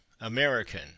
American